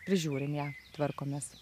prižiūrim ją tvarkomės